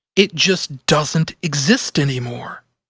it just doesn't exist anymore.